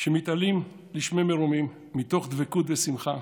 שמתעלים לשמי מרומים מתוך דבקות ושמחה